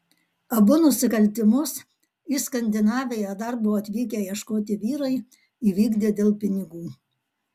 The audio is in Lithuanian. abu nusikaltimus į skandinaviją darbo atvykę ieškoti vyrai įvykdė dėl pinigų